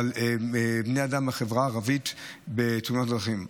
בני אדם בחברה הערבית בתאונות דרכים.